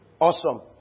Awesome